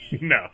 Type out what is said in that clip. No